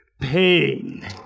pain